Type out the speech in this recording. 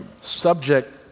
subject